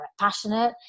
passionate